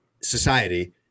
society